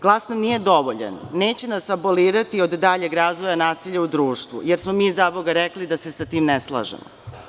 Glas nam je dovoljan, neće nas abolirati od daljeg razvoja nasilja u društvu jer smo mi zaboga rekli da se sa tim ne slažemo.